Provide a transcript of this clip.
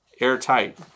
airtight